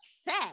set